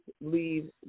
leave